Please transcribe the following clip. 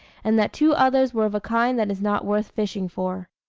and that two others were of a kind that is not worth fishing for.